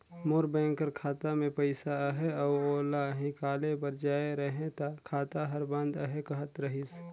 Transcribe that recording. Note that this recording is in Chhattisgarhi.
मोर बेंक कर खाता में पइसा अहे अउ ओला हिंकाले बर जाए रहें ता खाता हर बंद अहे कहत रहिस